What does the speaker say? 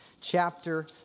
chapter